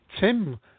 Tim